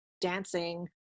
dancing